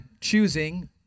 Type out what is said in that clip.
choosing